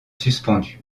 suspendu